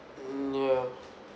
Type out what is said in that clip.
mm ya